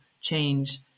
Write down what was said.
change